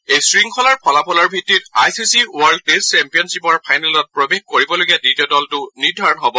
এই শৃংখলাৰ ফলাফলৰ ভিত্তিত I C C world test ছেম্পিয়নখিপৰ ফাইনেলত প্ৰৱেশ কৰিবলগীয়া দ্বিতীয় দলটো নিৰ্ধাৰণ হব